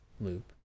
loop